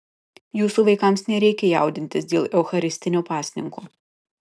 jūsų vaikams nereikia jaudintis dėl eucharistinio pasninko